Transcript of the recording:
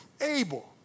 able